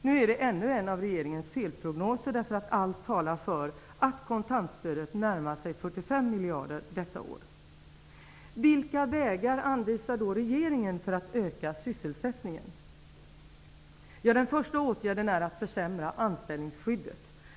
Det är ännu en av regeringens felprognoser. Allt talar för att kontantstödet närmar sig 45 miljarder kronor detta år. Den första åtgärden är att försämra anställningsskyddet.